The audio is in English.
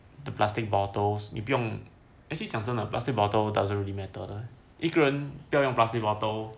the plastic bottles 你不用 actually 讲真的 plastic bottle doesn't really matter 一个人不要用 plastic bottle